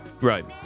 Right